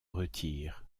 retire